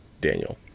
Daniel